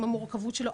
עם המורכבות שלו.